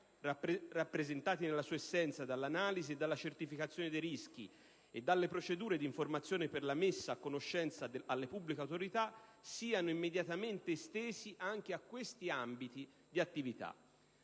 rappresentati nella loro essenza dall'analisi e della certificazione dei rischi e dalle procedure di informazione per la messa a conoscenza delle pubbliche autorità, siano immediatamente estesi anche a questi ambiti di attività.